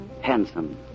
handsome